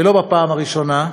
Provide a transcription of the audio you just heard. ולא בפעם הראשונה,